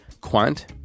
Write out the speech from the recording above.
Quant